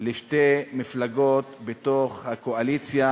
לשתי מפלגות בתוך הקואליציה,